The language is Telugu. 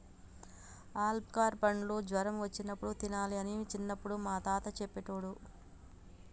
ఆల్బుకార పండ్లు జ్వరం వచ్చినప్పుడు తినాలి అని చిన్నపుడు మా తాత చెప్పేటోడు